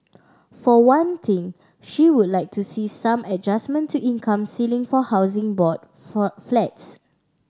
for one thing she would like to see some adjustment to income ceiling for Housing Board flats